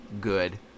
good